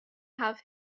have